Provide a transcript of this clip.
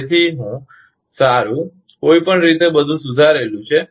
તેથી સારું કોઈપણ રીતે બધું સુધારેલું છે